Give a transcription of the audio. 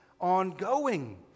ongoing